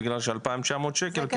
בגלל ש-2,900 שקל באזור חיפה,